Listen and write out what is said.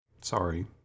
sorry